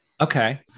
Okay